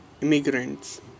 immigrants